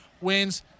wins